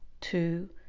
two